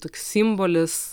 tik simbolis